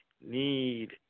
need